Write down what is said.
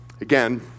again